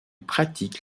pratique